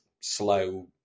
slow